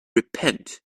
repent